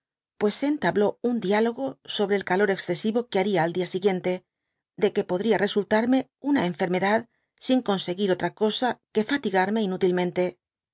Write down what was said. pues se entabló un dialogo sobre el calor excesivo que baria al dia siguiente de que podría resultarme una enfermedad sin conseguir otra cosa que fatigarme inútilmente